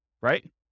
right